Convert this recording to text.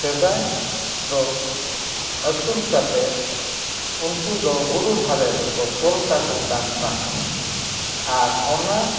ᱥᱮᱫᱟᱭ ᱫᱚ ᱟᱹᱥᱩᱞ ᱠᱟᱛᱮᱫ ᱩᱱᱠᱩ ᱫᱚ ᱵᱩᱨᱩ ᱫᱷᱟᱨᱮ ᱨᱮᱠᱚ ᱛᱚᱞ ᱠᱟᱠᱚ ᱠᱟᱱ ᱛᱟᱦᱮᱸᱫ ᱟᱨ ᱚᱱᱟ